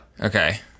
Okay